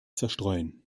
zerstreuen